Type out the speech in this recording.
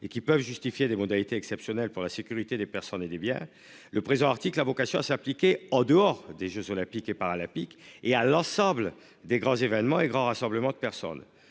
Et qui peuvent justifier des modalités exceptionnelles pour la sécurité des personnes et des biens. Le présent article a vocation à s'appliquer en dehors des Jeux olympiques et paralympiques et à l'ensemble des grands événements et grands rassemblements de personnes.